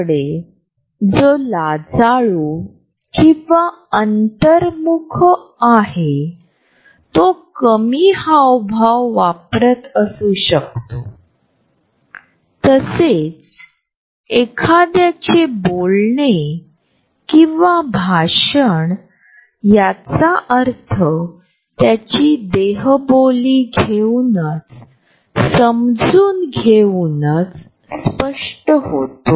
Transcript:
म्हणून असे आढळले की ही उर्जा वेगवेगळ्या प्रकारे शक्ती आणि सामर्थ्य नसणे यांच्यातील संबंध सूचित करते